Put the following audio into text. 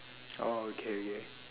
oh okay okay